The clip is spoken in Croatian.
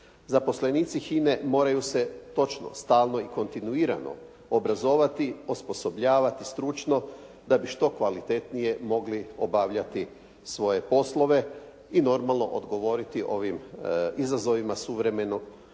Zaposlenici HINA-e moraju se točno, stalno i kontinuirano obrazovati, osposobljavati stručno da bi što kvalitetnije mogli obavljati svoje poslove i normalno odgovoriti ovim izazovima suvremenog